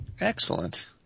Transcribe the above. Excellent